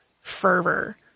fervor